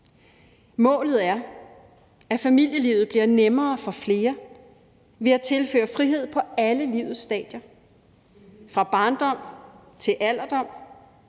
Målet er, at familielivet bliver nemmere for flere, ved at der tilføres frihed på alle livets stadier, fra barndom til alderdom.